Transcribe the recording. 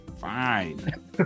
fine